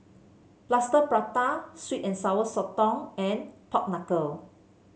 Plaster Prata sweet and Sour Sotong and Pork Knuckle